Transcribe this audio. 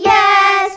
Yes